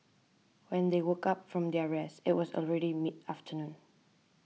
when they woke up from their rest it was already mid afternoon